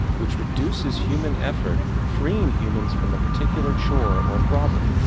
which reduces human effort, freeing humans from a particular chore or problem.